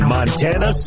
Montana